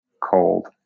Cold